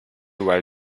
while